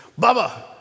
Bubba